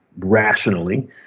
rationally